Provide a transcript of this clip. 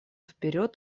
вперед